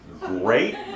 great